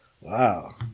Wow